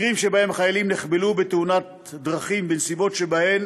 מקרים שבהם החיילים נחבלו בתאונת דרכים בנסיבות שבהן